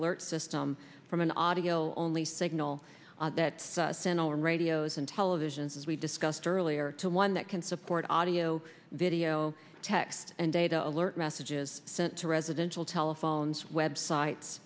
alert system from an audio only signal that sent all radios and televisions as we discussed earlier to one that can support audio video text and data alert messages sent to residential telephones websites